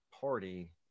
party